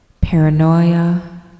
paranoia